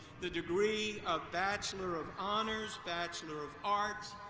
the degree of bachelor of honors, bachelor of arts,